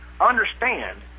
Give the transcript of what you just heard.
Understand